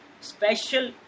special